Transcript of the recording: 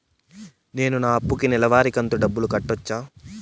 నేను నా అప్పుకి నెలవారి కంతు డబ్బులు కట్టొచ్చా?